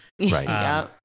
Right